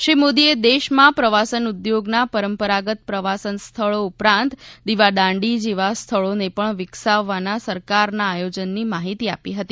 શ્રી મોદીએ દેશમાં પ્રવાસન ઉદ્યોગના પરંપરાગત પ્રવાસન સ્થળો ઉપરાંત દીવાદાંડી જેવાં સ્થળોને પણ વિકસાવવાના સરકારના આયોજનની માઠીતી આપી હતી